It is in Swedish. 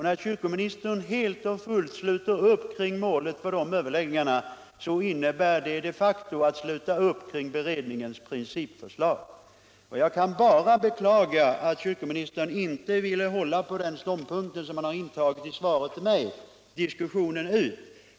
När kyrkoministern helt och fullt ansluter sig till målsättningen för dessa överläggningar innebär det de facto att han sluter upp bakom beredningens principförslag. Jag kan bara beklaga att kyrkoministern inte diskussionen ut ville hålla fast vid den ståndpunkt han intagit i sitt svar till mig.